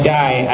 die